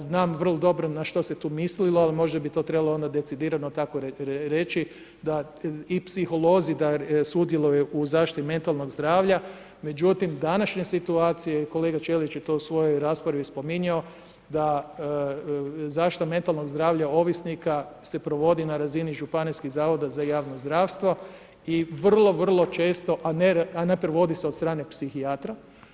Znam vrlo dobro na što se je tu mislilo, možda bi to trebalo onda decidirano tako onda reći da i psiholozi da sudjeluju u zaštiti metalnog zdravlja, međutim, današnja situacija, i kolega Ćelić je to u svojoj raspravi spominjao, da zaštitu metalnog zdravlja ovisnika se provodi na razini županijskih zavoda za javno zdravstvo i vrlo često, a ne provodi se od strane psihijatra.